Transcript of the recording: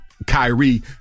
Kyrie